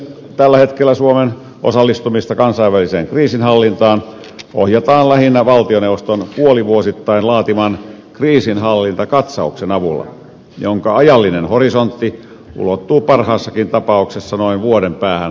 tällä hetkellä suomen osallistumista kansainväliseen kriisinhallintaan ohjataan lähinnä valtioneuvoston puolivuosittain laatiman kriisinhallintakatsauksen avulla jonka ajallinen horisontti ulottuu parhaassakin tapauksessa noin vuoden päähän tulevaisuuteen